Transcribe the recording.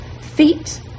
Feet